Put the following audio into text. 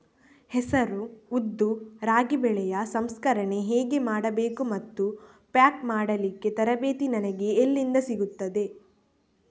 ಹೆಸರು, ಉದ್ದು, ರಾಗಿ ಬೆಳೆಯ ಸಂಸ್ಕರಣೆ ಹೇಗೆ ಮಾಡಬೇಕು ಮತ್ತು ಪ್ಯಾಕ್ ಮಾಡಲಿಕ್ಕೆ ತರಬೇತಿ ನನಗೆ ಎಲ್ಲಿಂದ ಸಿಗುತ್ತದೆ?